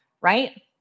right